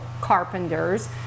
carpenters